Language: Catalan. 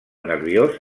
nerviós